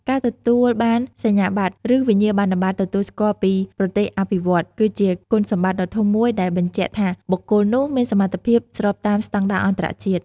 ការទទួលបានសញ្ញាបត្រ ឬវិញ្ញាបនបត្រទទួលស្គាល់ពីប្រទេសអភិវឌ្ឍន៍ គឺជាគុណសម្បត្តិដ៏ធំមួយដែលបញ្ជាក់ថាបុគ្គលនោះមានសមត្ថភាពស្របតាមស្តង់ដារអន្តរជាតិ។